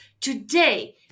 Today